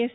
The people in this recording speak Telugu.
ఎస్